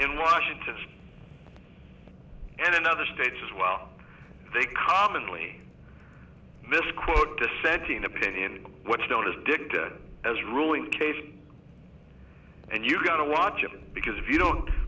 in washington and in other states as well they commonly misquote dissenting opinion what's known as dig as ruling cases and you've got to watch it because if you don't